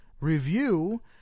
review